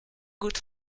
good